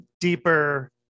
deeper